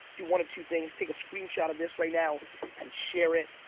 do one of two things. take a screenshot of this right now and share it.